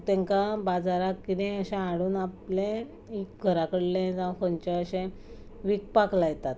तेंकां बाजाराक किदेंय अशें हाडून आपलें घरा कडलें जावं खंयचेंय अशें विकपाक लायतात